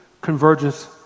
convergence